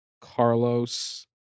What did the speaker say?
Carlos